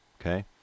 Okay